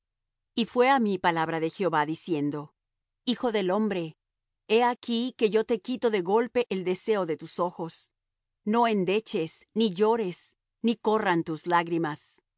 y fué á mí palabra de jehová diciendo hijo del hombre he aquí que yo te quito de golpe el deseo de tus ojos no endeches ni llores ni corran tus lágrimas